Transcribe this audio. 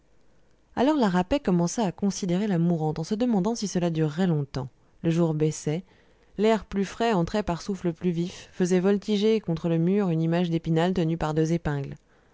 alors la rapet commença à considérer la mourante en se demandant si cela durerait longtemps le jour baissait l'air plus frais entrait par souffles plus vifs faisait voltiger contre le mur une image d'épinal tenue par deux épingles